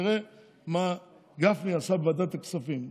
תראה מה גפני עשה בוועדת הכספים.